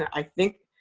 i think,